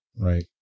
right